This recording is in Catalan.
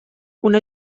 una